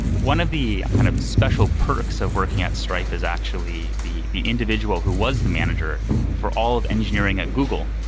one of the kind of special perks of working at stripe is actually the the individual who was the manager for all of engineering at google.